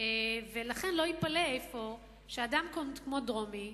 ולכן לא ייפלא שאדם כמו דרומי,